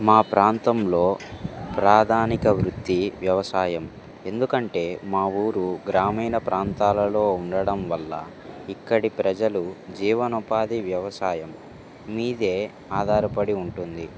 మా ప్రాంతంలో ప్రధాన వృత్తి వ్యవసాయం ఎందుకంటే మా ఊరు గ్రామీణ ప్రాంతాలలో ఉండడం వల్ల ఇక్కడి ప్రజలు జీవనోపాధి వ్యవసాయం మీద ఆధారపడి ఉంటుంది